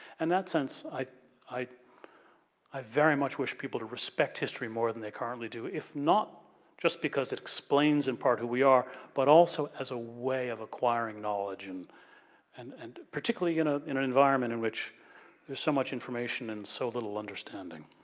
and that sense i i very much wish people to respect history more than they currently do. if not just because it explains, in part, who we are but also as a way of acquiring knowledge and and and particularly in particularly ah in an environment in which there's so much information and so little understanding.